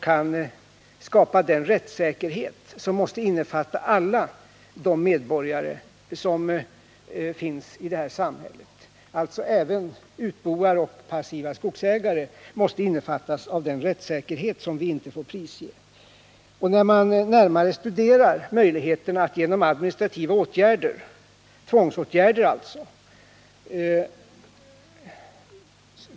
kan trygga den rättssäkerhet som måste omfatta alla medborgare i det här samhället: även utboar och passiva skogsägare mäste innefattas i den rättssäkerhet som vi inte får prisge. När man närmare studerar möjligheterna att genom administrativa åtgärder, dvs. tvångsåtgärder.